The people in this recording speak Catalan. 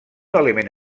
element